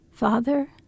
Father